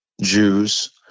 Jews